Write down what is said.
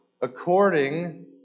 according